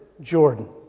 Jordan